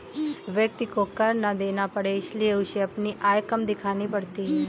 व्यक्ति को कर ना देना पड़े इसलिए उसे अपनी आय कम दिखानी पड़ती है